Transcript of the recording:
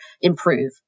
improve